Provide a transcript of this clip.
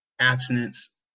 abstinence